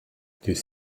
était